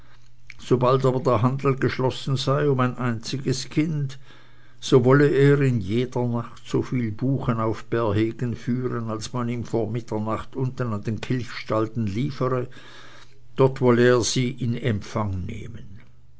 sobald aber der handel geschlossen sei um ein einzig kind so wolle er in jeder nacht soviel buchen auf bärhegen führen als man ihm vor mitternacht unten an den kirchstalden liefere dort wollte er sie in empfang nehmen